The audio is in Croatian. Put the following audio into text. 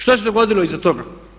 Što se dogodilo iza toga?